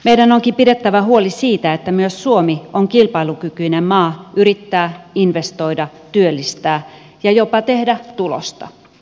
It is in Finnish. meidän onkin pidettävä huoli siitä että myös suomi on kilpailukykyinen maa yrittää investoida työllistää ja jopa tehdä tulosta